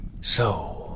So